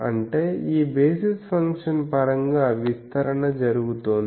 అంటే ఈ basis function పరంగా విస్తరణ జరుగుతుంది